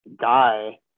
guy